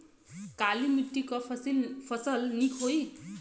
काली मिट्टी क फसल नीक होई?